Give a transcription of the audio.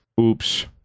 Oops